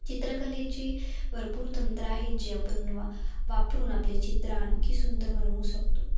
चित्रकलेचे भरपूर तंत्र आहेत जे आपण वा वापरून आपले चित्र आणखी सुंदर बनवू शकतो